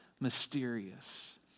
mysterious